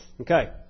Okay